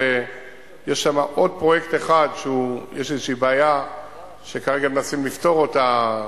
שיש שם עוד פרויקט אחד שיש איזושהי בעיה שכרגע מנסים לפתור אותה,